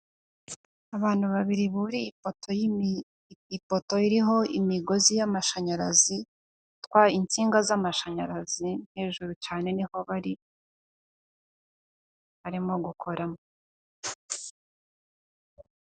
Abantu babiri buriye ipoto, ipoto iriho imigozi y'amashanyarazi, itwaye insinga z'amashanyarazi hejuru cyane niho bari, barimo gukoramo.